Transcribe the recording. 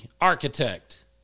architect